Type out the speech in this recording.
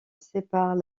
sépare